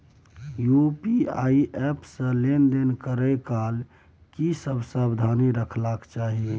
UPI app से लेन देन करै काल की सब सावधानी राखना चाही?